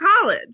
college